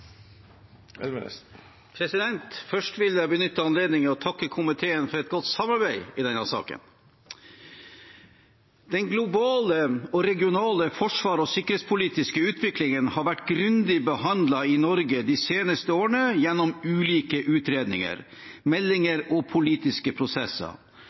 Først vil jeg benytte anledningen til å takke komiteen for et godt samarbeid i denne saken. Den globale og regionale forsvars- og sikkerhetspolitiske utviklingen har vært grundig behandlet i Norge de seneste årene gjennom ulike